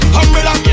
umbrella